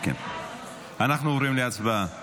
אנחנו עוברים להצבעה.